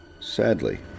sadly